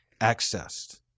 accessed